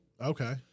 Okay